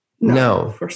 No